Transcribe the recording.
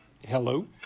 Hello